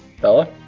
Bella